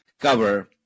cover